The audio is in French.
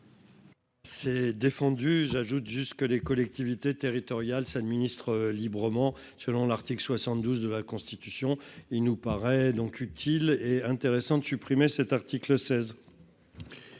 C'est défendu, j'ajoute juste que les collectivités territoriales s'administrent librement, selon l'article 72 de la Constitution, il nous paraît donc utile et intéressant de supprimer cet article 16.